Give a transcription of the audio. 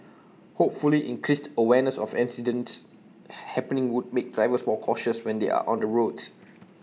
hopefully increased awareness of accidents happening would make drivers more cautious when they are on the roads